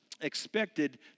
expected